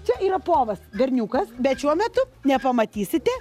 čia yra povas berniukas bet šiuo metu nepamatysite